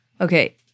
okay